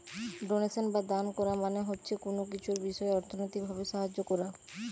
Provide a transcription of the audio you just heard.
donation বা দান কোরা মানে হচ্ছে কুনো কিছুর বিষয় অর্থনৈতিক ভাবে সাহায্য কোরা